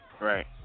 Right